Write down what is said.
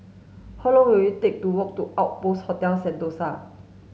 how long will it take to walk to Outpost Hotel Sentosa